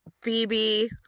Phoebe